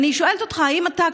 אני שואלת אותך: האם אתה,